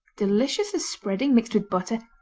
delicious as spreading mixed with butter,